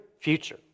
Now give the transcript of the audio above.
future